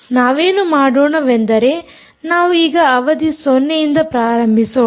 ನಾವೇನು ಮಾಡೋಣವೆಂದರೆ ನಾವು ಈಗ ಅವಧಿ 0 ಯಿಂದ ಪ್ರಾರಂಭಿಸೋಣ